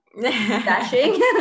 dashing